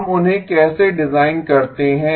हम उन्हें कैसे डिजाइन करते हैं